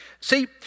See